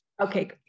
okay